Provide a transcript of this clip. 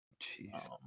Jeez